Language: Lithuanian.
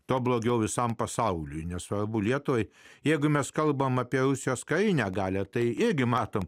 tuo blogiau visam pasauliui nesvarbu lietuvai jeigu mes kalbame apie rusijos karinę galią tai irgi matom